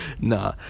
nah